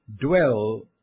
dwell